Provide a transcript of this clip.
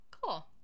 cool